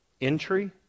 entry